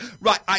Right